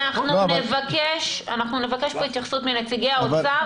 נבקש פה התייחסות גם מנציגי האוצר,